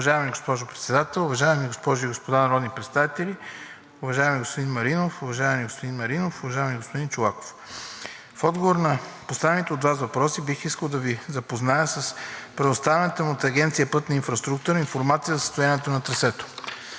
Уважаема госпожо Председател, уважаеми госпожи и господа народни представители! Уважаеми господин Маринов, уважаеми господин Маринов, уважаеми господин Чолаков! В отговор на поставените от Вас въпроси бих искал да Ви запозная с предоставената ми от Агенция „Пътна инфраструктура“ информация за състоянието на трасето.